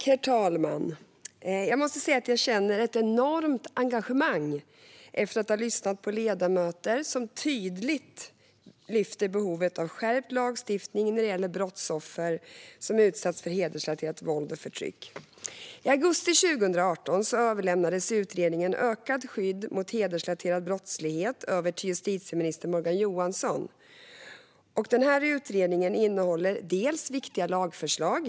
Herr talman! Jag måste säga att jag känner ett enormt engagemang efter att ha lyssnat på ledamöter som tydligt lyfter behovet av skärpt lagstiftning när det gäller brottsoffer som utsatts för hedersrelaterat våld och förtryck. I augusti 2018 överlämnades utredningen Ökat skydd mot hedersrelaterad brottslighet till justitieminister Morgan Johansson. Utredningen innehåller viktiga lagförslag.